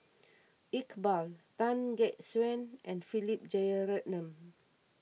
Iqbal Tan Gek Suan and Philip Jeyaretnam